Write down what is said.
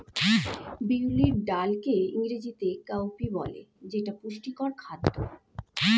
বিউলির ডালকে ইংরেজিতে কাউপি বলে যেটা পুষ্টিকর খাদ্য